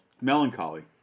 melancholy